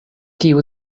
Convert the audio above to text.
kiu